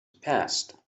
passed